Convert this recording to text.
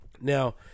Now